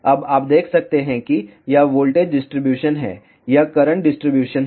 अब आप देख सकते हैं कि यह वोल्टेज डिस्ट्रीब्यूशन है यह करंट डिस्ट्रीब्यूशन है